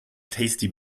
tasty